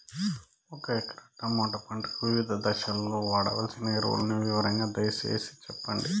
ఒక ఎకరా టమోటా పంటకు వివిధ దశల్లో వాడవలసిన ఎరువులని వివరంగా దయ సేసి చెప్పండి?